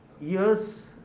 years